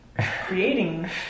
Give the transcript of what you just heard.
creating